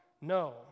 No